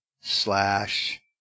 slash